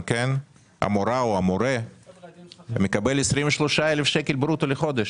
המורה מקבל 23 אלף שקל ברוטו לחודש.